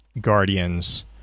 Guardians